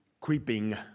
creeping